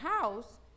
house